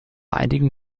einigen